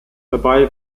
dabei